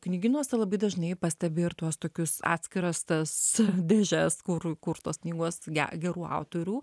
knygynuose labai dažnai pastebiu ir tuos tokius atskiras tas dėžes kur kur tos knygos ger gerų autorių